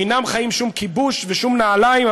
ואינם חיים בשום כיבוש ושום נעליים.